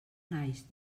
naix